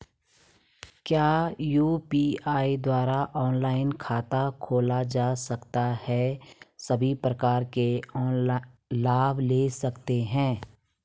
क्या यु.पी.आई द्वारा ऑनलाइन खाता खोला जा सकता है सभी प्रकार के लाभ ले सकते हैं?